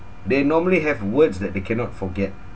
they normally have words that they cannot forget